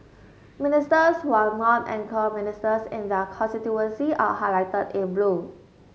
ministers who are not anchor ministers in their constituency are highlighted in blue